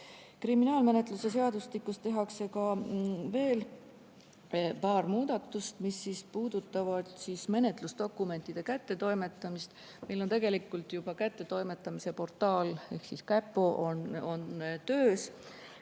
Kriminaalmenetluse seadustikus tehakse veel paar muudatust, mis puudutavad menetlusdokumentide kättetoimetamist. Meil on tegelikult ju ka kättetoimetamise portaal ehk Käpo töös,